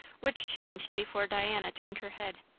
which changed before diana turned her head.